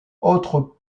autre